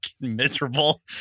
miserable